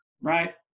right